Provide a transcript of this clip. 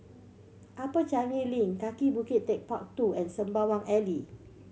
Upper Changi Link Kaki Bukit Techpark Two and Sembawang Alley